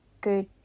good